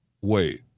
Wait